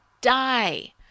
die